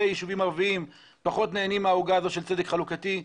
ויישובים ערביים פחות נהנים מהעוגה הזאת של צדק חלוקתי.